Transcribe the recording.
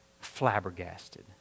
flabbergasted